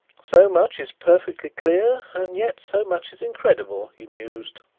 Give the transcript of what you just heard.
so much is perfectly clear and yet so much is incredible, he mused.